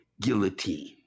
guillotine